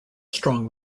strong